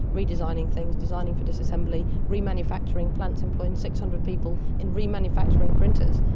redesigning things, designing for disassembly, remanufacturing plants employing six hundred people in remanufacturing printers,